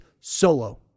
solo